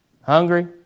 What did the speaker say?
Hungry